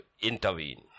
intervene